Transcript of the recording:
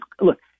look